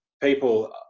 people